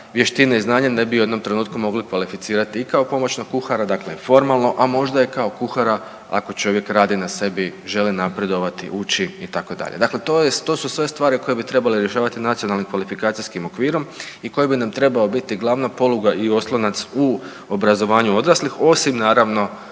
vještine i znanje ne bi u jednom trenutku mogli kvalificirati i kao pomoćnog kuhara, dakle formalno, a možda i kao kuhara ako čovjek radi na sebi, želi napredovati, uči itd., dakle to su sve stvari koje bi trebale rješavati Nacionalnim kvalifikacijskim okvirom i koji bi nam trebao biti glavna poluga i oslonac u obrazovanju odraslih osim naravno